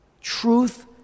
truth